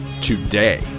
today